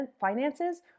finances